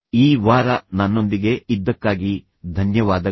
ಈ ವಾರ ನನ್ನೊಂದಿಗೆ ಇದ್ದಕ್ಕಾಗಿ ಧನ್ಯವಾದಗಳು